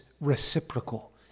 reciprocal